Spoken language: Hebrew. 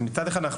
מצד אחד,